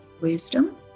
Wisdom